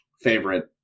favorite